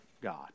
god